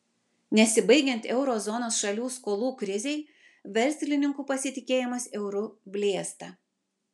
nesibaigiant euro zonos šalių skolų krizei verslininkų pasitikėjimas euru blėsta